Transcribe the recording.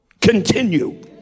continue